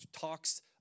talks